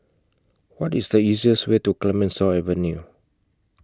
What IS The easiest Way to Clemenceau Avenue